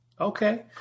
Okay